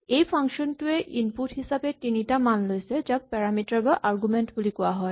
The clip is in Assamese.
এই ফাংচন টোৱে ইনপুট হিচাপে তিনিটা মান লৈছে যাক পেৰামিটাৰ বা আৰগুমেন্ট বুলি কোৱা হয়